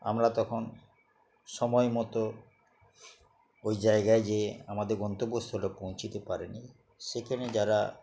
আমরা তখন সময় মতো ওই জায়গায় গিয়ে আমাদের গন্তব্যস্থলে পৌঁছতে পারে নি সেখানে যারা